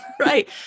Right